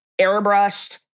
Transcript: airbrushed